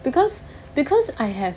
because because I have